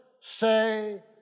say